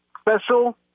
special